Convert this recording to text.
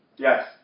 Yes